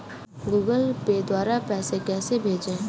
Google Pay द्वारा पैसे कैसे भेजें?